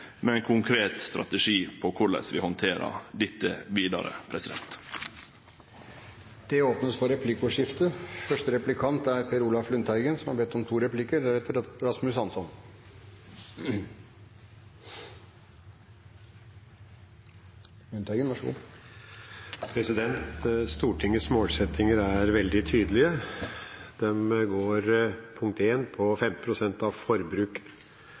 med ein konkret strategi på korleis vi handterer dette vidare. Det blir replikkordskifte. Stortingets målsettinger er veldig tydelige. De går, punkt 1, på 15 pst. av forbruk